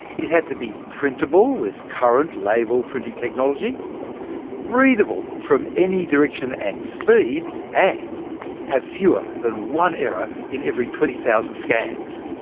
it had to be printable with current label-printing technology readable from any direction and speed, and have fewer than one error in every twenty thousand scans.